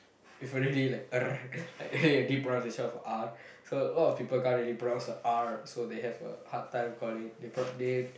if really like like deep pronounciation of R so a lot of people can't really pronounce the R so they have a hard time calling they pro~ they